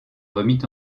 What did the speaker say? remit